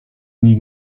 nie